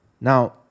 Now